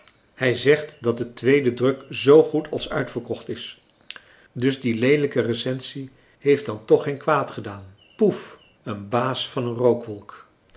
hij zegt dat de tweede druk zoo goed als uitverkocht is dus die leelijke recensie heeft dan toch geen kwaad gedaan poef een baas van een